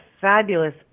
fabulous